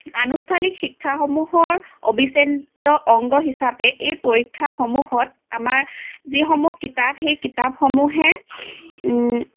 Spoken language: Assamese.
আনুষ্ঠানিক শিক্ষাসমূহৰ অবিছেদ্য অংগ হিচাপে এই পৰীক্ষাসমূহত আমাৰ যিসমূহ কিতাপ সেই কিতাপসমূহে